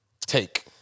take